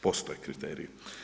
Postoje kriteriji.